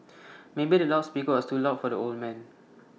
maybe the loud speaker was too loud for the old man